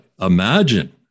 Imagine